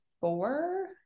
four